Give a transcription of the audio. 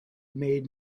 made